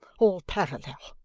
all parallel.